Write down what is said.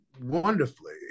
wonderfully